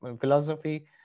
philosophy